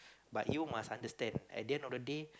but you must understand at the end of the day